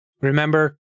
remember